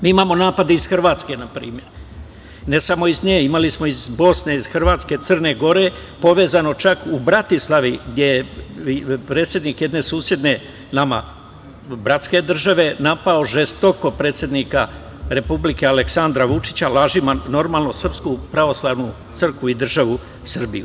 Mi imamo napade iz Hrvatske na primer, ne samo iz nje, imali smo iz Bosne, Hrvatske, Crne Gore povezano čak u Bratislavi gde je predsednik jedne susedne nama bratske države napao žestoko predsednika Republike Aleksandra Vučića lažima normalno, Srpsku pravoslavnu crkvu i državu Srbiju.